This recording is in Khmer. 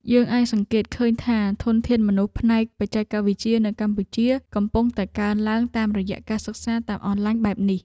យើងអាចសង្កេតឃើញថាធនធានមនុស្សផ្នែកបច្ចេកវិទ្យានៅកម្ពុជាកំពុងតែកើនឡើងតាមរយៈការសិក្សាតាមអនឡាញបែបនេះ។